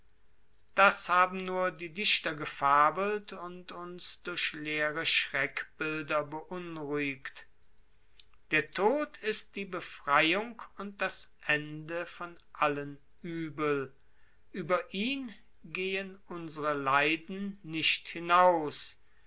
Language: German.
das haben die dichter gefabelt und uns durch leere schreckbilder beunruhigt der tod ist die befreiung und das ende von allen uebel über ihn gehen unsere leiden nicht hinaus